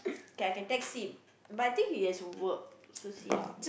K I can text him but I think he has work so see how